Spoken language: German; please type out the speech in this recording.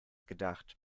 gedacht